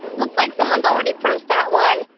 looks like someone's already pressed that one.